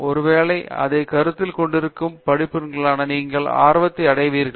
ஒருவேளை அதைக் கருத்தில் கொண்டிருக்கும் படிப்பின்கீழ் நீங்கள் ஆர்வத்தை அடைவீர்கள்